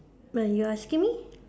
well you asking me